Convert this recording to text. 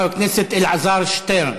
חבר הכנסת אלעזר שטרן.